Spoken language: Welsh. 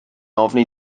ofni